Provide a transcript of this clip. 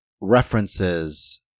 references